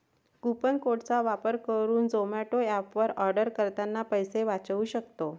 coupon code चा वापर करुन झोमाटो एप वर आर्डर करतांना पैसे वाचउ सक्तो